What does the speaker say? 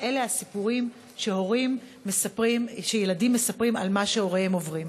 ואלה הסיפורים שילדים מספרים על מה שהוריהם עוברים.